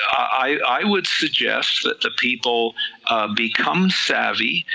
i would suggest that the people become savvy,